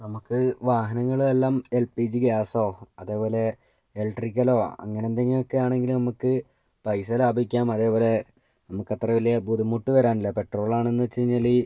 നമുക്ക് വാഹനങ്ങൾ എല്ലാം എൽ പി ജി ഗ്യാസോ അതേപോലെ ഇലക്ട്രിക്കലോ അങ്ങനെ എന്തെങ്കിലുമൊക്കെ ആണെങ്കിൽ നമ്മൾക്ക് പൈസ ലാഭിക്കാം അതേപോലെ നമുക്ക് അത്ര വലിയ ബുദ്ധിമുട്ട് വരാനില്ല പെട്രോൾ ആണെന്നു വച്ചു കഴിഞ്ഞാൽ